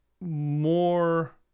more